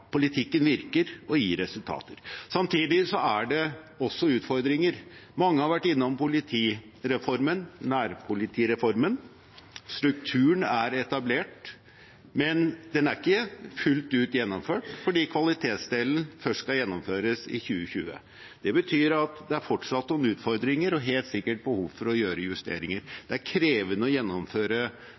Politikken virker og gir resultater. Samtidig er det også utfordringer. Mange har vært innom nærpolitireformen. Strukturen er etablert, men den er ikke fullt ut gjennomført, fordi kvalitetsdelen først skal gjennomføres i 2020. Det betyr at det fortsatt er noen utfordringer og helt sikkert behov for å gjøre justeringer. Det er krevende å gjennomføre